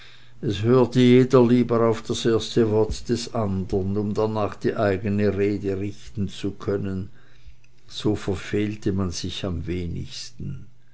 es hörte jeder lieber auf das erste wort des andern um darnach die eigene rede richten zu können so verfehlt man sich am wenigsten